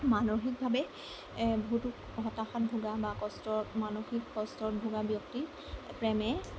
মানসিকভাৱে বহুতো হাতাশাত ভোগা বা কষ্ট মানসিক কষ্টত ভোগা ব্যক্তি প্ৰেমে